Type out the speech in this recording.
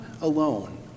alone